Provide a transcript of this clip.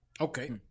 Okay